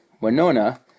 Winona